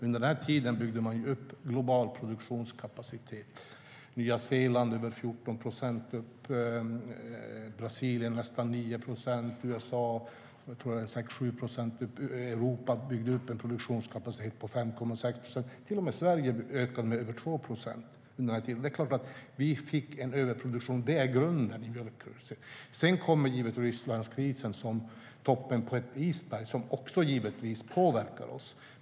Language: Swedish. Under denna tid byggde man upp en global produktionskapacitet. Nya Zeeland ökade med över 14 procent, Brasilien med nästan 9 procent och USA med 6-7 procent. Europa byggde upp sin produktionskapacitet med 5,6 procent. Till och med Sverige ökade med över 2 procent under denna tid. Vi fick en överproduktion. Det är grunden för mjölkkrisen. Sedan kom Rysslandskrisen som toppen på ett isberg. Den påverkar oss givetvis.